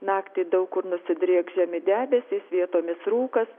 naktį daug kur nusidrieks žemi debesys vietomis rūkas